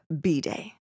B-Day